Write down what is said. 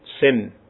sin